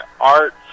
art